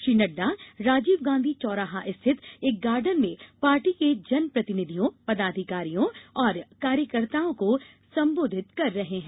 श्री नड्डा राजीव गांधी चौराहा स्थित एक गार्डन में पार्टी के जनप्रतिनिधियों पदाधिकारियों और कार्यकर्ताओं को संबोधित कर रहे है